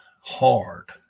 hard